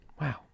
wow